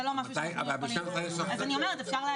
זה מוארך עם